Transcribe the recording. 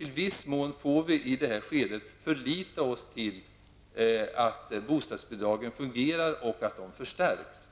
I viss mån får vi i detta skede förlita oss på att bostadsbidragen fungerar och förstärks.